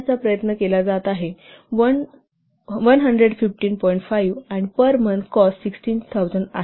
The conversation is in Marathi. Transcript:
5 एफोर्ट केला जात आहे आणि दरमहा कॉस्ट 6000 आहे